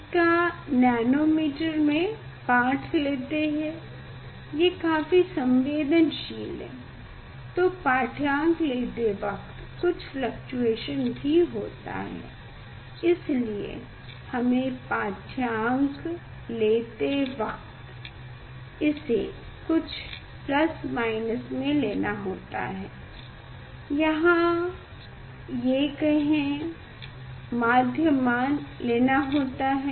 इसका नैनोमीटर में पाठ लेते हैं ये काफी संवेदनशील होता है तो पाठ्यांक लेते वक्त कुछ फ्लक्चुयशन भी होता है इसलिए हमे पाठ्यांक लेते वक्त इसे कुछ प्लस माइनस में लेना होता है या कहें माध्य मान लेना होता है